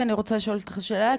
ואני רוצה לשאול אותך שאלה,